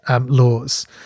laws